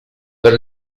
per